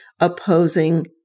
opposing